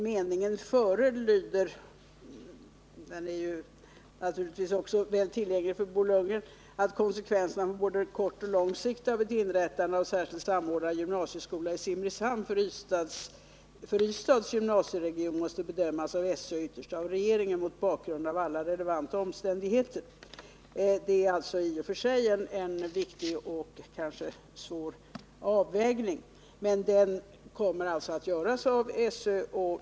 Meningen före — också den är ju tillgänglig för Bo Lundgren — lyder: ”Konsekvenserna på både kort och lång sikt av ett inrättande av särskild samordnad gymnasieskola i Simrishamn för Ystads gymnasieregion måste bedömas av SÖ och ytterst av regeringen mot bakgrund av alla relevanta omständigheter.” Det är i och för sig en viktig och kanske svår avvägning. Men den kommer alltså att göras av SÖ.